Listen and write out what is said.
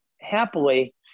happily